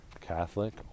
Catholic